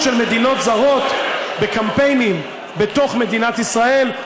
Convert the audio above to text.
של מדינות זרות בקמפיינים בתוך מדינת ישראל.